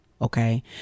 Okay